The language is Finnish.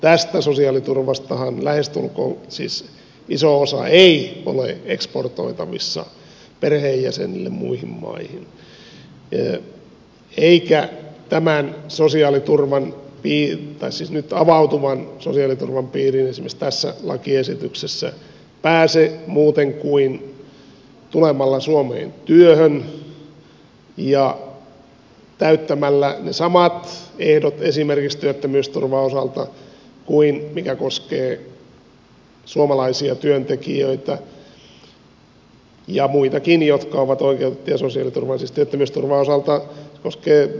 tästä sosiaaliturvastahan iso osa ei ole eksportoitavissa perheenjäsenille muihin maihin eikä tämän nyt avautuvan sosiaaliturvan piiriin esimerkiksi tässä lakiesityksessä pääse muuten kuin tulemalla suomeen työhön ja täyttämällä ne samat ehdot esimerkiksi työttömyysturvan osalta kuin mitkä koskevat suomalaisia työntekijöitä ja muitakin jotka ovat oivia ja soseuta mansista tylysti oikeutettuja sosiaaliturvaan